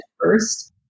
first